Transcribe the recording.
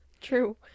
true